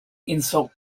insult